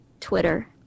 Twitter